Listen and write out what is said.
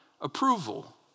approval